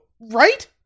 Right